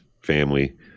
family